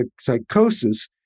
psychosis